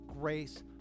grace